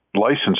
licensed